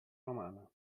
romana